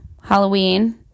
halloween